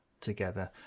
together